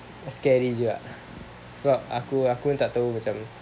scary juga sebab aku aku tak tahu macam